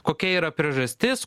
kokia yra priežastis